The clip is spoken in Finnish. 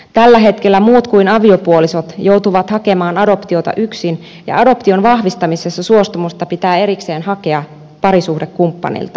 tällä hetkellä muut kuin aviopuolisot joutuvat hakemaan adoptiota yksin ja adoption vahvistamisessa suostumusta pitää erikseen hakea parisuhdekumppanilta